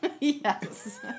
Yes